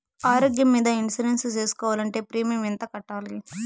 ఆరోగ్యం మీద ఇన్సూరెన్సు సేసుకోవాలంటే ప్రీమియం ఎంత కట్టాలి?